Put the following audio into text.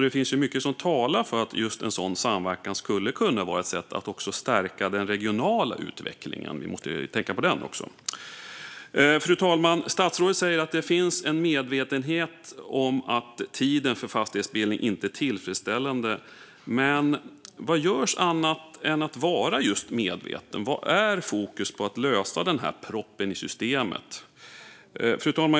Det finns mycket som talar för att en sådan samverkan skulle kunna vara ett sätt att stärka också den regionala utvecklingen - vi måste tänka på den också. Fru talman! Statsrådet säger att det finns en medvetenhet om att tiden för fastighetsbildning inte är tillfredsställande. Men vad görs, utöver att man är medveten? Vad är fokuset när det gäller att lösa den här proppen i systemet? Fru talman!